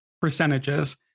percentages